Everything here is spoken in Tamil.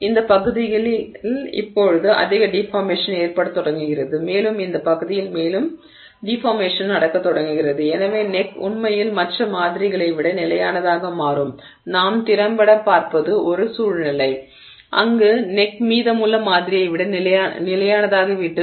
இந்த பகுதியில் இப்போது அதிக டிஃபார்மேஷன் ஏற்படத் தொடங்குகிறது மேலும் இந்த பகுதியில் மேலும் டிஃபார்மேஷன் நடக்கத் தொடங்குகிறது எனவே நெக் உண்மையில் மற்ற மாதிரிகளை விட நிலையானதாக மாறும் நாம் திறம்பட பார்ப்பது ஒரு சூழ்நிலை அங்கு நெக் மீதமுள்ள மாதிரியை விட நிலையானதாகிவிட்டது